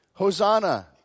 Hosanna